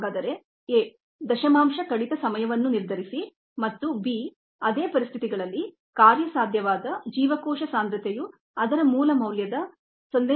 A decimal reduction time ಅನ್ನು ನಿರ್ಧರಿಸಿ ಮತ್ತು b ಅದೇ ಪರಿಸ್ಥಿತಿಗಳಲ್ಲಿ ವ್ಯೆಯಬಲ್ ಸೆಲ್ ಕಾನ್ಸಂಟ್ರೇಶನ್ ಅದರ ಮೂಲ ಮೌಲ್ಯದ 0